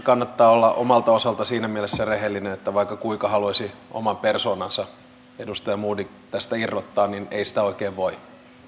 kannattaa olla omalta osalta siinä mielessä rehellinen että vaikka kuinka haluaisi oman persoonansa edustaja modig tästä irrottaa niin ei sitä oikein voi